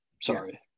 sorry